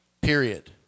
period